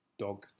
dog